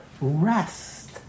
rest